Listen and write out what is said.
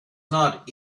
not